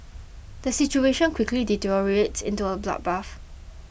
the situation quickly deteriorates into a bloodbath